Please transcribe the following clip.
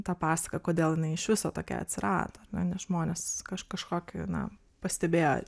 ta pasaka kodėl jinai iš viso tokia atsirado ar ne nes žmonės kaž kažkokį na pastebėjo